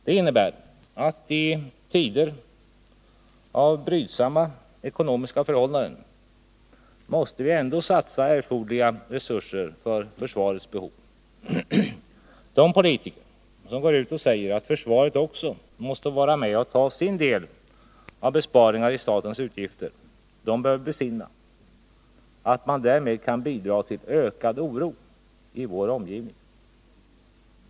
Det innebär att i tider av brydsamma ekonomiska förhållanden måste vi ändå satsa erforderliga resurser för försvarets behov. De politiker som går ut och säger att försvaret också måste vara med och ta sin del av besparingar i statens utgifter bör besinna att man då kan bidra till ökad oro i vår omgivning.